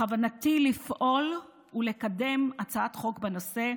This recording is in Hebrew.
בכוונתי לפעול ולקדם הצעת חוק בנושא,